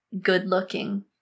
good-looking